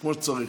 כמו שצריך.